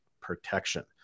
protection